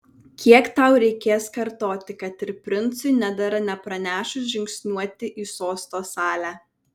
kiek tau reikės kartoti kad ir princui nedera nepranešus žingsniuoti į sosto salę